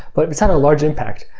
but it's had a large impact.